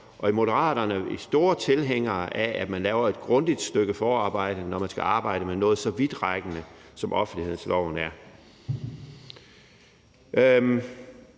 og i Moderaterne er vi store tilhængere af, at man laver et grundigt stykke forarbejde, når man skal arbejde med noget så vidtrækkende, som offentlighedsloven er.